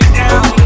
down